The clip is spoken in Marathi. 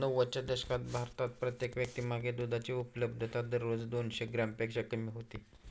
नव्वदच्या दशकात भारतात प्रत्येक व्यक्तीमागे दुधाची उपलब्धता दररोज दोनशे ग्रॅमपेक्षा कमी होती